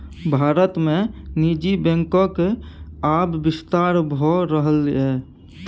भारत मे निजी बैंकक आब बिस्तार भए रहलैए